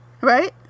right